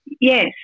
Yes